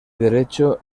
derecho